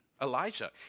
Elijah